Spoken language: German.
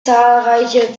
zahlreiche